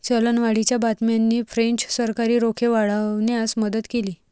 चलनवाढीच्या बातम्यांनी फ्रेंच सरकारी रोखे वाढवण्यास मदत केली